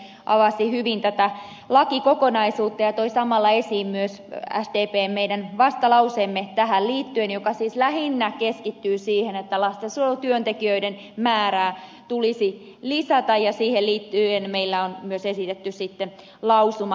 anneli kiljunen avasi hyvin tätä lakikokonaisuutta ja toi samalla esiin myös sdpn vastalauseen tähän liittyen joka siis lähinnä keskittyy siihen että lastensuojelutyöntekijöiden määrää tulisi lisätä ja siihen liittyen meillä on myös esitetty sitten lausumaehdotus